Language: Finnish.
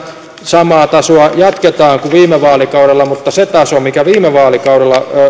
samaa tasoa jatketaan kuin viime vaalikaudella mutta se taso mikä viime vaalikaudella